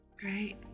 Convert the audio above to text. great